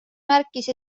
märkis